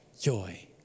Joy